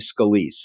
Scalise